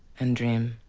and dream.